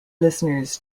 listeners